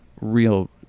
real